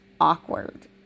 awkward